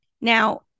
Now